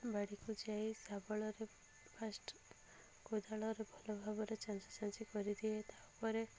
ବାଡ଼ିକୁ ଯାଇ ଶାବଳରେ ଫାଷ୍ଟ କୋଦାଳରେ ଭଲ ଭାବରେ ଚଞ୍ଛାଚଞ୍ଛି କରିଦିଏ ତା'ପରେ